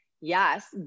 yes